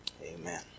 Amen